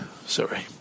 sorry